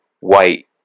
white